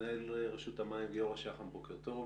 מנהל רשות המים, גיורא שחם, בוקר טוב.